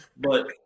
but-